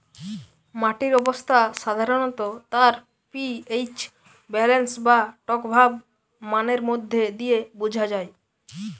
মাটির অবস্থা সাধারণত তার পি.এইচ ব্যালেন্স বা টকভাব মানের মধ্যে দিয়ে বুঝা যায়